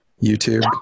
YouTube